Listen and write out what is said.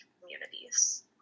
communities